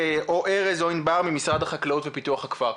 ארז או ענבר ממשרד החקלאות ופיתוח הכפר.